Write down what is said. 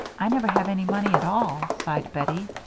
i never have any money at all, sighed bettie.